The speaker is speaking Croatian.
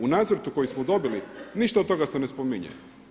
U nacrtu koji smo dobili ništa od toga se ne spominje.